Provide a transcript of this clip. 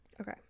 Okay